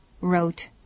wrote